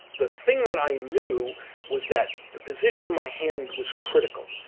the thing that i knew was that the position of my hand was critical.